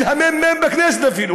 של הממ"מ בכנסת אפילו,